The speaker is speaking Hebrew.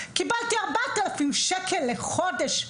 קיבלתי משכורת של 4,000 שקלים לחודש.